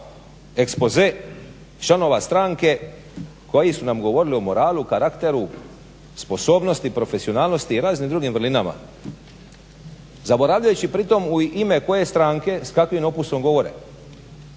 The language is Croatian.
ekspoze članova stranke koji su nam govorili o moralu, karakteru, sposobnosti, profesionalnosti i raznim drugim vrlinama zaboravljajući pritom u ime koje stranke s kakvim opusom govore.